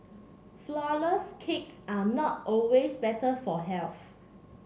flourless cakes are not always better for health